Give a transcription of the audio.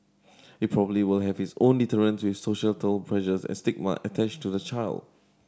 it probably will have its own deterrents with societal pressures and stigma attached to the child